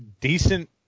decent